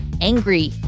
angry